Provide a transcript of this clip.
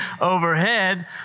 overhead